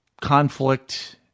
conflict